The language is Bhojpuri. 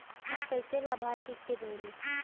हम कइसे लाभार्थी के जोड़ी?